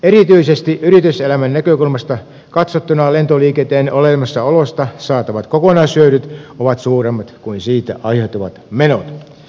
erityisesti yrityselämän näkökulmasta katsottuna lentoliikenteen olemassaolosta saatavat kokonaishyödyt ovat suuremmat kuin siitä aiheutuvat menot